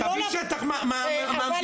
תביא שטח מהמדינה,